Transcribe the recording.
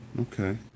Okay